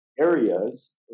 areas